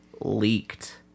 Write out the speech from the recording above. leaked